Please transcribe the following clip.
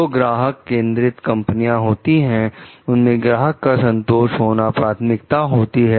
जो ग्राहक केंद्रित कंपनियां होती हैं उनमें ग्राहक का संतोष होना प्राथमिकता होती है